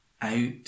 out